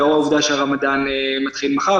לאור העובדה שהרמדאן מתחיל מחר,